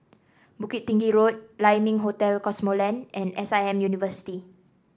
Bukit Tinggi Road Lai Ming Hotel Cosmoland and S I M University